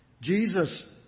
Jesus